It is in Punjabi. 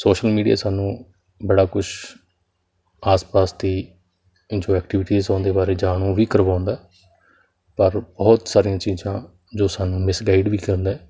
ਸੋਸ਼ਲ ਮੀਡੀਆ ਸਾਨੂੰ ਬੜਾ ਕੁਛ ਆਸ ਪਾਸ ਦੀ ਇਹ ਜੋ ਐਕਟੀਵਿਟੀਜ਼ ਉਹ ਦੇ ਬਾਰੇ ਜਾਣੂ ਵੀ ਕਰਵਾਉਂਦਾ ਪਰ ਬਹੁਤ ਸਾਰੀਆਂ ਚੀਜ਼ਾਂ ਜੋ ਸਾਨੂੰ ਮਿਸਗਾਈਡ ਵੀ ਕਰਦਾ